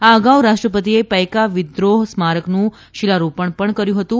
આ અગાઉ રાષ્ટ્રપતિએ પૈકા વિદ્રોહ સ્મારકનું શીલારોપણ કર્યુ હતું